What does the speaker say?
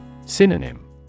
Synonym